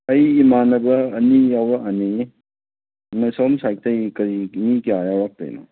ꯑꯩ ꯏꯃꯥꯟꯅꯕ ꯑꯅꯤ ꯌꯥꯎꯔꯛꯑꯅꯤ ꯑꯁꯣꯝ ꯁꯥꯏꯠꯇꯒꯤ ꯀꯔꯤ ꯃꯤ ꯀꯌꯥ ꯌꯥꯎꯔꯛꯇꯣꯏꯅꯣ